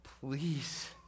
please